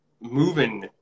moving